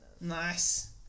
Nice